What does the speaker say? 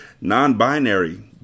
non-binary